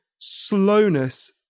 slowness